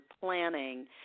planning